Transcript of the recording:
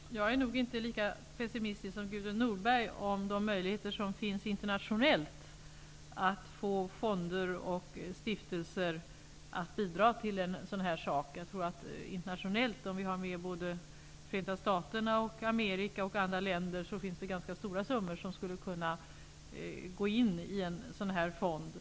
Herr talman! Jag är nog inte lika pessimistisk som Gudrun Norberg om de möjligheter som finns internationellt att få fonder och stiftelser att bidra till en sådan här sak. Om vi får med både Förenta staterna, övriga Amerika och andra länder, skulle ganska stora summor kunna gå in i en fond.